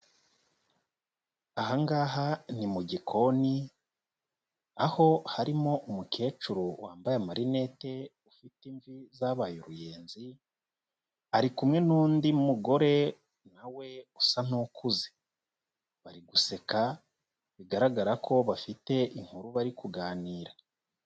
Aha ngaha ni mu gikoni, aho harimo umukecuru wambaye amarinete, ufite imvi zabaye uruyenzi, ari kumwe n'undi mugore na we usa n'ukuze. Bari guseka, bigaragara ko bafite inkuru bari kuganira.